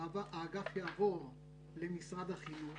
התמודדות מעונות היום ומשפחתונים עם האתגרים בתקופת הקורונה,